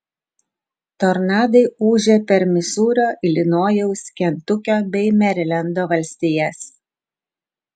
tornadai ūžė per misūrio ilinojaus kentukio bei merilendo valstijas